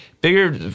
bigger